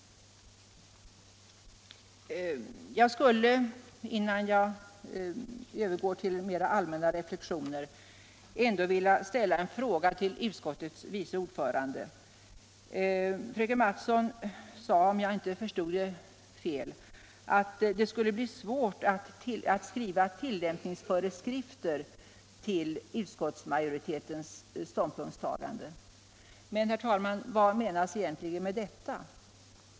Innan jag övergår till mera allmänna reflexioner vill jag ställa en fråga till utskottets vice ordförande. Fröken Mattson sade — om jag förstod henne rätt — att det skulle bli svårt att skriva tillämpningsföreskrifter till utskottsmajoritetens ståndpunktstagande.